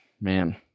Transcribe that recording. Man